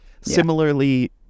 Similarly